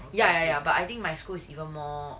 ya ya ya but I think my school is even more